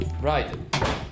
Right